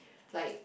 like